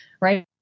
right